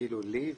לי?